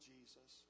Jesus